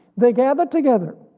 they gathered together.